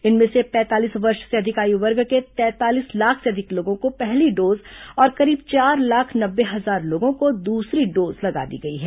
इनमें से पैंतालीस वर्ष से अधिक आयु वर्ग के तैंतालीस लाख से अधिक लोगों को पहली डोज और करीब चार लाख नब्बे हजार लोगों को दूसरी डोज लगा दी गई है